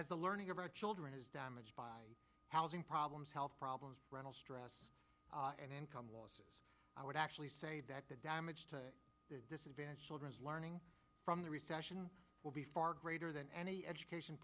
and as the learning of our children is damaged by housing problems health problems rental stress and income was i would actually say that the damage to the disadvantaged children learning from the recession will be far greater than any education